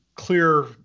clear